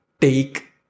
take